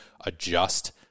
adjust